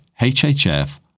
HHF